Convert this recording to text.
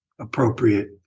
appropriate